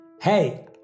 Hey